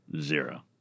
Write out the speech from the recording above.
zero